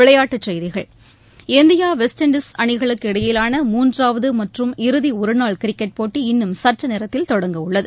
விளையாட்டுச் செய்திகள் India West Indies அணிகளுக்கு இடையிவான மூன்றாவது மற்றும் இறுதி ஒருநாள் கிரிக்கெட் போட்டி இன்னும் சற்றுநேரத்தில் தொடங்க உள்ளது